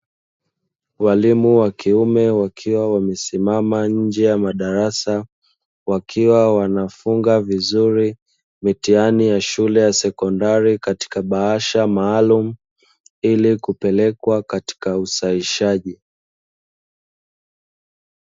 Walimu wa kiume wakiwa wamesimama nje ya madarasa, wakiwa wanafunga vizuri mitihani ya shule ya sekondari katika bahasha maalumu, ili kupelekwa katika usahihishaji.